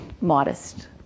modest